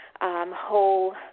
whole